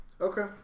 Okay